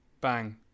Bang